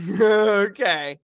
Okay